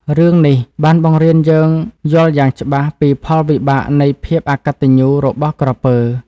រឿង នេះបានបង្រៀនយើងយល់យ៉ាងច្បាស់ពីផលវិបាកនៃភាពអកតញ្ញូរបស់ក្រពើ។